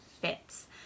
fits